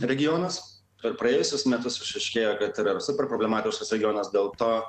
regionas per praėjusius metus išaiškėjo kad yra super problematiškas regionas dėl to